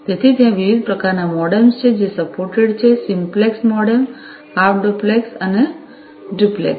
તેથી ત્યાં વિવિધ પ્રકારનાં મોડેમ્સ છે જે સપોર્ટેડ છે સિમ્પલેક્સ મોડેમ હાફ ડુપ્લેક્સ અને ડુપ્લેક્સ